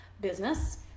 business